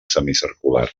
semicircular